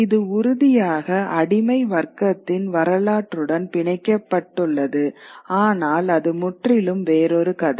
இது உறுதியாக அடிமை வர்த்தகத்தின் வரலாற்றுடன் பிணைக்கப்பட்டுள்ளது ஆனால் அது முற்றிலும் வேறொரு கதை